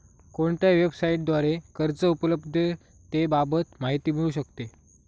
कोणत्या वेबसाईटद्वारे कर्ज उपलब्धतेबाबत माहिती मिळू शकते?